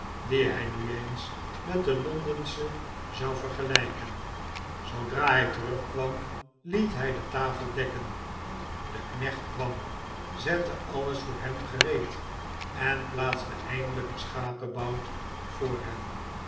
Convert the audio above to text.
die hij nu eens met de londensche zou vergelijken zoodra hij terugkwam liet hij de tafel dekken de knecht kwam zette alles voor hem gereed en plaatste emdelijk een schapebout voor hem